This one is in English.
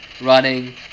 running